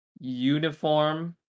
Uniform